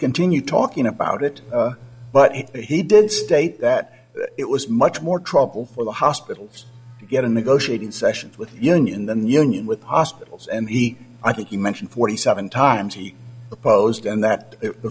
continue talking about it but he did state that it was much more trouble for the hospitals to get a negotiating session with the union than union with hospitals and the i think you mentioned forty seven times he opposed and that it